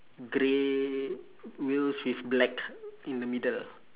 grey wheels with black in the middle